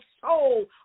soul